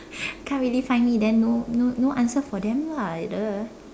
can't really find me then no no no answer for them lah !duh!